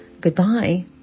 Goodbye